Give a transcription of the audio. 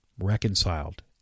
reconciled